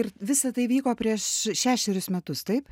ir visa tai vyko prieš šešerius metus taip